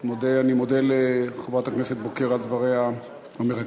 אני מודה לחברת הכנסת בוקר על דבריה המרגשים